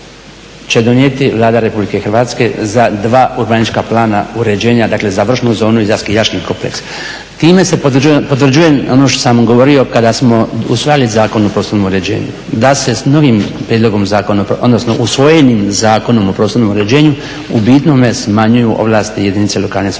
će donijeti Vlada RH za dva urbanistička plana uređenja, dakle za vršnu zonu i za skijaški kompleks. Time se potvrđuje ono što sam govorio kada smo usvajali Zakon o prostornom uređenju, da se s novim prijedlogom zakona, odnosno usvojenim zakonom o prostornom uređenju u bitnome smanjuju ovlasti jedinice lokalne samouprave.